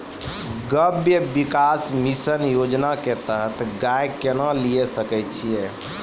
गव्य विकास मिसन योजना के तहत गाय केना लिये सकय छियै?